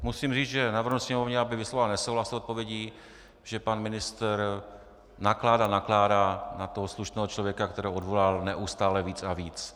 Musím říci, že navrhuji Sněmovně, aby vyslovila nesouhlas s odpovědí, protože pan ministr nakládá, nakládá na toho slušného člověka, kterého odvolal, neustále víc a víc.